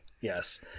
Yes